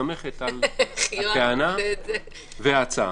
שמסתמכת על הטענה וההצעה.